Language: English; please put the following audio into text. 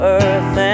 earth